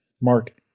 Mark